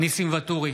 ניסים ואטורי,